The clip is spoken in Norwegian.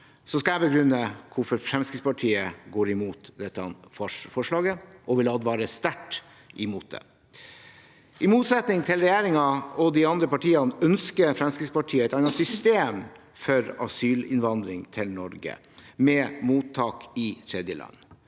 så skal jeg begrunne hvorfor Fremskrittspartiet går imot dette forslaget og vil advare sterkt imot det. I motsetning til regjeringen og de andre partiene ønsker Fremskrittspartiet et annet system for asylinnvandring til Norge, med mottak i tredjeland.